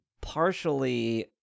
partially